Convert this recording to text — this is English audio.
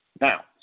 Now